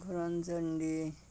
ঘরঞ্জণডী